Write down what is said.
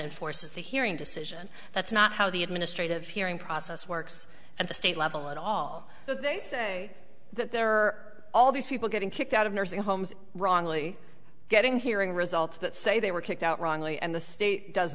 enforces the hearing decision that's not how the administrative hearing process works at the state level at all but they say that there are all these people getting kicked out of nursing homes wrongly getting hearing results that say they were kicked out wrongly and the state does